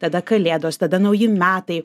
tada kalėdos tada nauji metai